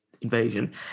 invasion